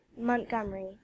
Montgomery